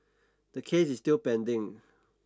the case is still pending